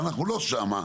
אבל אנחנו לא שם,